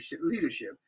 leadership